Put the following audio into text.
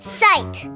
sight